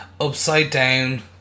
upside-down